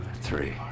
three